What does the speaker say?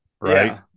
right